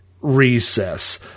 recess